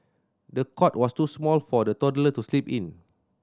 the cot was too small for the toddler to sleep in